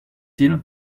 ils